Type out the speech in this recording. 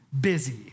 busy